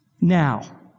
Now